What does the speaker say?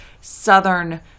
southern